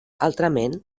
altrament